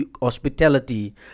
hospitality